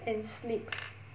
and sleep